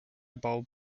bulb